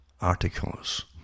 articles